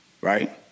right